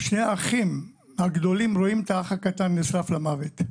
שני האחים הגדולים רואים את האח הקטן נשרף למוות,